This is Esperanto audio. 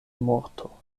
morto